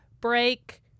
break